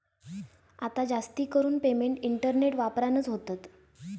आता जास्तीकरून payment internet वापरानच होतत